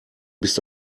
bist